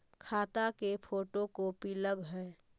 खाता के photo copy लगहै?